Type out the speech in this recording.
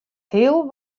heel